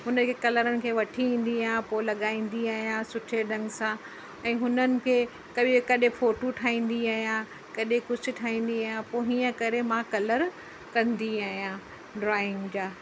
हुन खे कलरनि खे वठी ईंदी आहियां पोइ लॻाईंदी आहियां सुठे ढंग सां ऐं हुननि खे कॾहिं कॾहिं फोटू ठाहींदी आहियां कॾहिं कुझु ठाहींदी आहियां पोइ हीअं करे मां कलर कंदी आहियां ड्रॉइंग जा